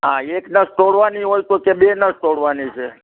હા એક નસ તોડવાની હોય તો કે બે નસ તોડવાની છે